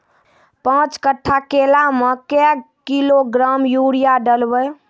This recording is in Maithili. पाँच कट्ठा केला मे क्या किलोग्राम यूरिया डलवा?